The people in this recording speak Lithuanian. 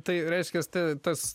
tai reiškias ta tas